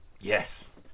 Yes